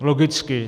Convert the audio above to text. Logicky.